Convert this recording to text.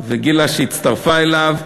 וגילה שהצטרפה אליו,